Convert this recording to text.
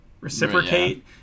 reciprocate